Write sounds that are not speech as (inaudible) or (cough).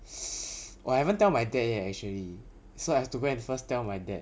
(noise) !wah! I haven't tell my dad yet actually so I have to go and first tell my dad